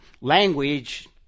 language